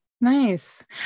Nice